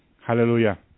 Hallelujah